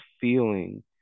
feeling